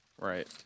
Right